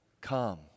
come